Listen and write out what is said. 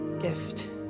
gift